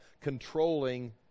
controlling